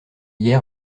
hier